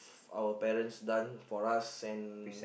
our parents done for us and